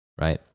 right